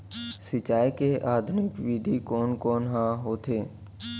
सिंचाई के आधुनिक विधि कोन कोन ह होथे?